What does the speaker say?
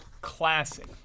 classic